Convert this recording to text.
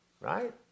Right